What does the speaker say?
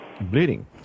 bleeding